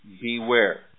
beware